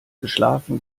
geschlafen